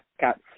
got